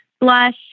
blush